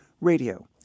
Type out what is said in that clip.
radio